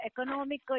economic